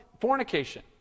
fornication